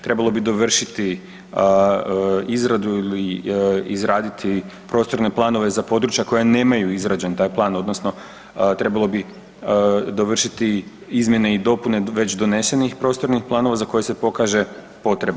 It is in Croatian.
Trebalo bi dovršiti izradu ili izraditi prostorne planove za područja koja nemaju izrađen taj plan odnosno trebalo bi dovršiti izmjene i dopune već donesenih prostornih planova za koje se pokaže potreba.